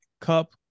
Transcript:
Cup